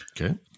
Okay